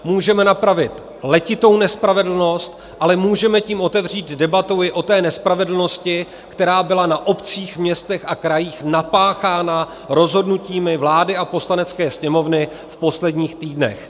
Můžeme napravit letitou nespravedlnost, ale můžeme tím otevřít i debatu o té nespravedlnosti, která byla na obcích, městech a krajích napáchána rozhodnutími vlády a Poslanecké sněmovny v posledních týdnech.